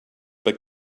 but